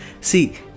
See